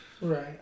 Right